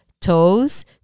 toes